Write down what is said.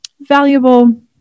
valuable